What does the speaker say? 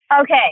Okay